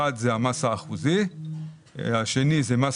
האחד הוא המס האחוזי, השני הוא מס